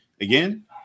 Again